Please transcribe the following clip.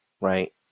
Right